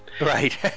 Right